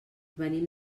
venim